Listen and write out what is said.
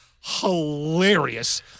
hilarious